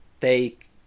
take